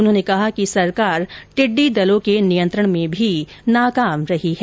उन्होंने कहा कि सरकार टिड्डी दल के नियंत्रण में भी नाकाम रही है